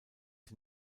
sie